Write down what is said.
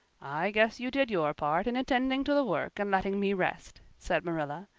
i guess you did your part in attending to the work and letting me rest, said marilla.